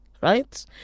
right